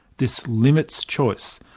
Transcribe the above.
this limits choice,